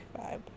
vibe